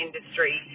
industry